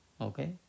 Okay